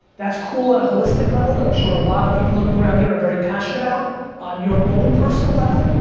that's cool on a holistic level that i'm sure a lot of people, looking around here, are very passionate about. on your own personal level,